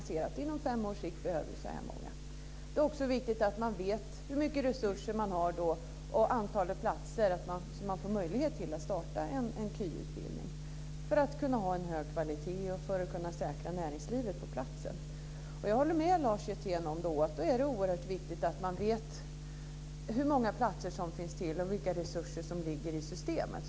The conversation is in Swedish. Vi ser att på fem års sikt behöver vi så här många. Det är då också viktigt att man vet hur mycket resurser och vilket antal platser man har, så man får möjlighet att starta en kvalificerad yrkesutbildning för att kunna ha en hög kvalitet och för att kunna säkra näringslivet på platsen. Jag håller med Lars Hjertén om att det då är viktigt att man vet hur många platser som finns och vilka resurser som ligger i systemet.